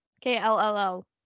K-L-L-L